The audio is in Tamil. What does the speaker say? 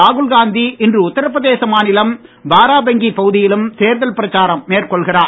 ராகுல் காந்தி இன்று உத்திரப்பிரதேசம் மாநிலம் பாராபங்கி பகுதியிலும் தேர்தல் பிரச்சாரம் மேற்கொள்கிறார்